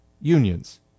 unions